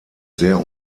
sehr